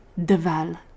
Deval